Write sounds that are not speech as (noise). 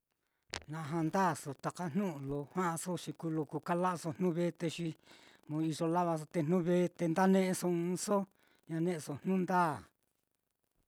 (noise) na ja'a ndaso taka jnu'u lo ja'aso, te kuu kala'aso jnu vete, xi iyo lavaso te jnu'u vete nda ne'eso ɨ́ɨ́n ɨ́ɨ́nso ña ne'eso jnu'u ndaa.